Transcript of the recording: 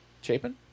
Chapin